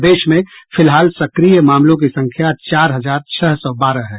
प्रदेश में फिलहाल सक्रिय मामलों की संख्या चार हजार छह सौ बारह है